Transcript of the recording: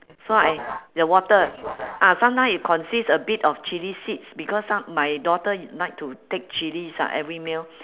so I the water ah sometime it consists a bit of chilli seeds because some my daughter like to take chillies ah every meal